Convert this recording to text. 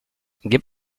gib